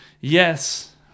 yes